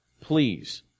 please